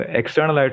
external